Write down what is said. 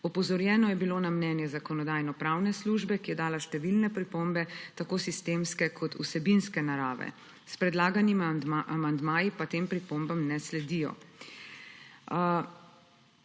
Opozorjeno je bilo na mnenje Zakonodajno-pravne službe, ki je dala številne pripombe tako sistemske kot vsebinske narave. S predlaganimi amandmaji pa tem pripombam ne sledijo.